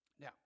Now